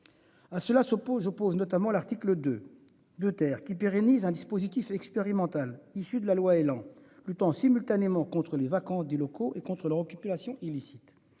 je pose notamment l'article 2 de terre qui pérennise un dispositif expérimental issu de la loi Elan luttant simultanément contre les vacances des locaux et contre l'occupation illicite.